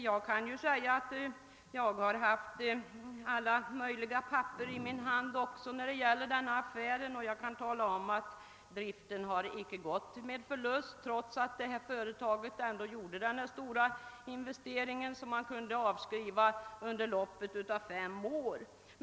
Jag kan nämna att jag också haft papper i min hand när det gäller denna affär och kan tala om att driften inte har gått med förlust trots att företaget gjorde den stora investeringen som avskrevs under loppet av fem år.